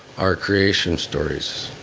our creation stories,